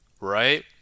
Right